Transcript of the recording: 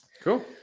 Cool